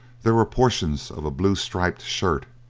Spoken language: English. there were portions of a blue-striped shirt,